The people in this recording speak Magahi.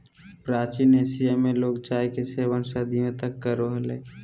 प्राचीन एशिया में लोग चाय के सेवन सदियों तक करो हलय